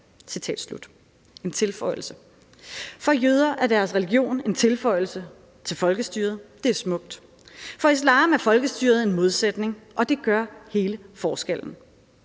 kan så være en tilføjelse«. For jøder er deres religion en tilføjelse til folkestyret. Det er smukt. For islam er folkestyret en modsætning, og det gør hele forskellen.